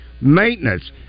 maintenance